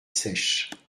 sèche